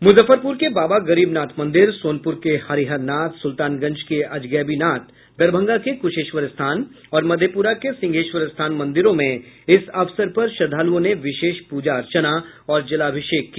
मुजफ्फरपुर के बाबा गरीबनाथ मंदिर सोनपुर के हरिहरनाथ सुल्तानगंज के अजगैबीनाथ दरभंगा के कुशेश्वर स्थान और मधेपुरा के सिंहेश्वर स्थान मंदिरों में इस अवसर पर श्रद्वालुओं ने विशेष पूजा अर्चना और जलाभिषेक किया